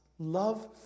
Love